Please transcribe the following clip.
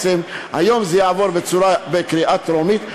היום זה יעבור בקריאה טרומית,